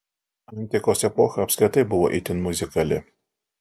antikos epocha apskritai buvo itin muzikali